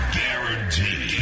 guaranteed